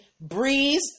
Breeze